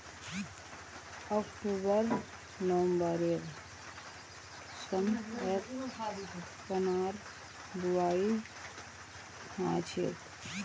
October नवंबरेर समयत चनार बुवाई हछेक